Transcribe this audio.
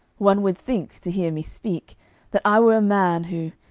one would think to hear me speak that i were a man who,